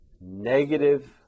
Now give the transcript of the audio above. Negative